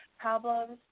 problems